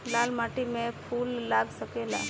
लाल माटी में फूल लाग सकेला?